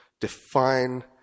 define